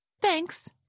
Thanks